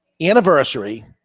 anniversary